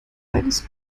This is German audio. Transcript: eines